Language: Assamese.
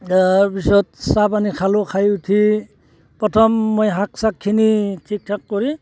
তাৰপিছত চাহ পানী খালোঁ খাই উঠি প্ৰথম মই শাক চাকখিনি ঠিক ঠাক কৰি